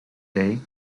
day